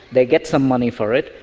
they get some money for it,